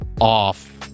off